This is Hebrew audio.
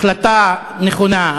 החלטה נכונה,